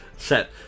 Set